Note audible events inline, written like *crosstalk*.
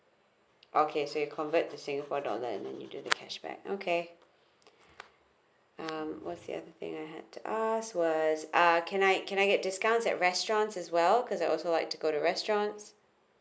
okay so it convert to singapore dollar and then you do the cashback okay *breath* um what's the other thing I had to ask was ah can I can I get discounts at restaurants as well cause I also like to go the restaurant